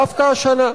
דווקא השנה.